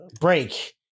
Break